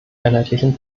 einheitlichen